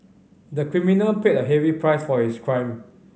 the criminal paid a heavy price for his crime